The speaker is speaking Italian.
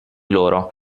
loro